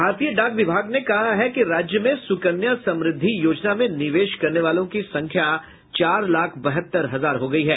भारतीय डाक विभाग ने कहा है कि राज्य में सुकन्या समृद्धि योजना में निवेश करने वालों की संख्या चार लाख बहत्तर हजार हो गयी है